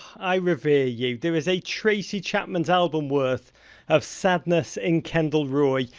i revere you. there is a tracy chapman's album worth of sadness in kendall roy.